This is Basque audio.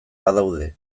badaude